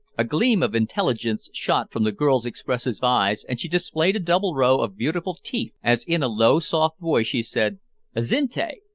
a gleam of intelligence shot from the girl's expressive eyes, and she displayed a double row of beautiful teeth as in a low soft voice she said azinte?